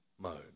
mode